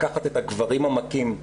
לקחת את הגברים המכים,